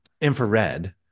infrared